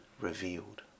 revealed